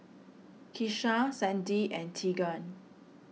Keisha Sandi and Teagan